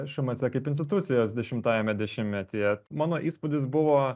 šmc kaip institucijos dešimtajame dešimtmetyje mano įspūdis buvo